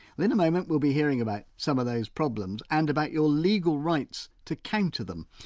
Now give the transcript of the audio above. in a moment, we'll be hearing about some of those problems and about your legal rights to counter them.